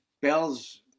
bells